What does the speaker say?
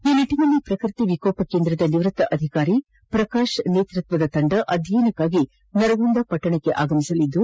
ಈ ನಿಟ್ಟನಲ್ಲಿ ಪ್ರಕೃತಿ ವಿಕೋಪ ಕೇಂದ್ರದ ನಿವೃತ್ತ ಅಧಿಕಾರಿ ಪ್ರಕಾಶ್ ನೇತೃತ್ತದ ತಂಡ ಅಧ್ಯಯನಕ್ಕಾಗಿ ನರಗುಂದ ಪಟ್ಟಣಕ್ಕೆ ಆಗಮಿಸಲಿದ್ದು